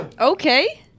Okay